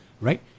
right